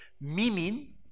Meaning